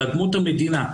על אדמות המדינה,